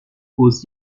aux